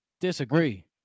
disagree